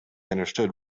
understood